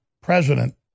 president